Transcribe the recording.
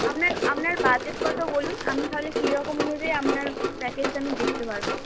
আপনার আপনার বাজেট কতো বলুন আমি তাহলে সেই রকম অনুযায়ী আপনার প্যাকেজটা আমি দেখতে পারবো